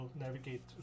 navigate